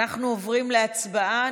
אנחנו עוברים להצבעה.